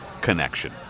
connection